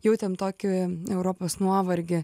jautėm tokį europos nuovargį